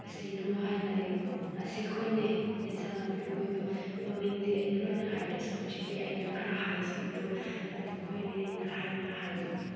ꯍꯥꯏꯅ ꯑꯩ ꯑꯁꯤ ꯈꯣꯏꯅꯦ ꯑꯦꯟꯁꯥꯡ ꯅꯥꯄꯤꯈꯣꯏꯗꯣ ꯃꯃꯤꯡꯗꯤ ꯑꯩꯅ ꯂꯣꯏꯅ ꯍꯥꯏꯗ꯭ꯔꯁꯨ ꯍꯧꯖꯤꯛꯀꯤ ꯑꯩꯅ ꯈꯔ ꯍꯥꯏꯈꯤꯕꯗꯣ ꯑꯗꯨ ꯈꯣꯏꯅꯦ ꯑꯩꯅ ꯍꯥꯏꯅ ꯍꯥꯏꯅꯤꯡꯉꯦ